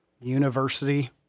university